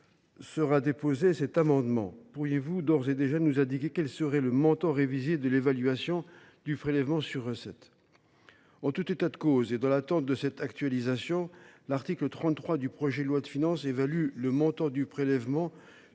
sera déposé cet amendement ? Pourriez vous d’ores et déjà nous indiquer quel serait le montant révisé de l’évaluation du prélèvement sur recettes ?